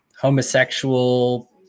homosexual